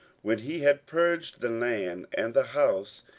when he had purged the land, and the house,